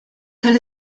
tal